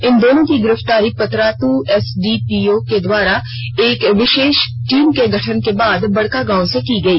इन दोनों की गिरफ्तारी पतरातू एसडीपीओ के द्वारा एक विशेष टीम के गठन के बाद बड़कागांव से की गई